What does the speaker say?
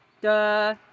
Duh